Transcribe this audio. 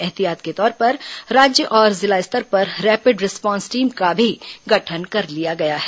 ऐहतियात के तौर पर राज्य और जिला स्तर पर रैपिड रिस्पांस टीम का भी गठन कर लिया गया है